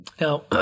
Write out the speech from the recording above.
Now